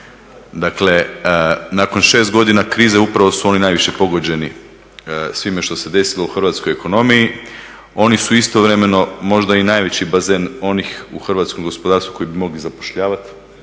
Dakle, nakon 6 godina krize upravo su oni najviše pogođeni svime što se desilo u hrvatskoj ekonomiji. Oni su istovremeno možda i najveći bazen onih u hrvatskom gospodarstvu koji bi mogli zapošljavati,